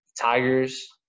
Tigers